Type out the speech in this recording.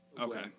Okay